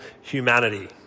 humanity